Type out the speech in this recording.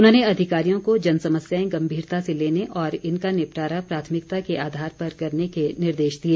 उन्होंने अधिकारियों को जन समस्याएं गम्भीरता से लेने और इनका निपटारा प्राथमिकता के आधार पर करने के निर्देश दिए